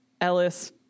Ellis